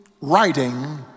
writing